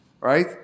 right